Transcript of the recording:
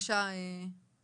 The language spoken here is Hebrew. בבקשה מר גולני.